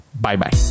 Bye-bye